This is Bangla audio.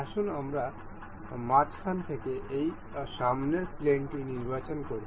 আসুন আমরা মাঝখান থেকে এই সামনের প্লেনটি নির্বাচন করি